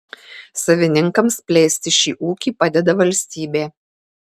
savininkams plėsti šį ūkį padeda valstybė